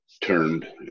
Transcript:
turned